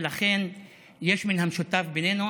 ולכן יש מן המשותף בינינו,